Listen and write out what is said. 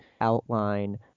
outline